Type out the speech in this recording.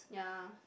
yeah